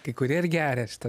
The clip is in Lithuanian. kai kurie ir geria šitą